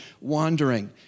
wandering